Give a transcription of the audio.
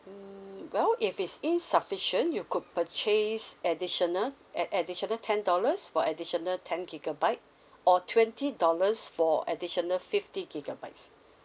mm well if it's insufficient you could purchase additional at additional ten dollars for additional ten gigabyte or twenty dollars for additional fifty gigabytes